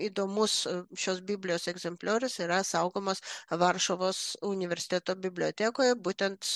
įdomus šios biblijos egzempliorius yra saugomas varšuvos universiteto bibliotekoje būtent